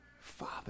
Father